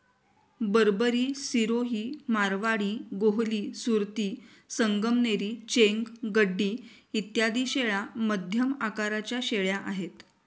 बरबरी, सिरोही, मारवाडी, गोहली, सुरती, संगमनेरी, चेंग, गड्डी इत्यादी शेळ्या मध्यम आकाराच्या शेळ्या आहेत